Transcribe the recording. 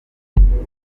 bw’igihugu